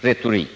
retorik.